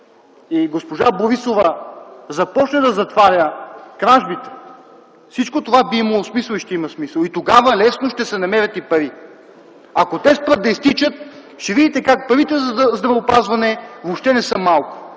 и госпожа Борисова започне да затваря кражбите, всичко това би имало и ще има смисъл! И тогава лесно ще се намерят и парите. Ако те спрат да изтичат, ще видите как парите за здравеопазване въобще не са малко